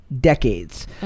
decades